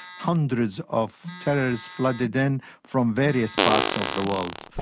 hundreds of terrorists flooded in from various parts of the world.